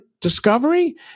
discovery